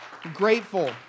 Grateful